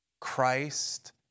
Christ